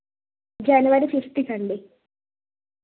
జనవరి ఫిఫ్త్కు అండి